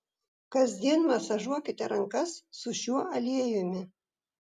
kasdien masažuokite rankas su šiuo aliejumi